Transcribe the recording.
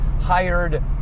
hired